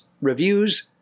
reviews